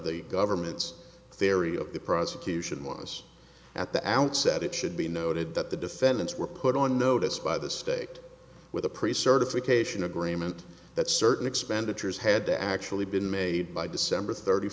the government's theory of the prosecution was at the outset it should be noted that the defendants were put on notice by the state with a priest certification agreement that certain expenditures had to actually been made by december thirty